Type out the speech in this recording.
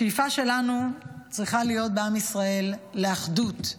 השאיפה שלנו בעם ישראל צריכה להיות לאחדות,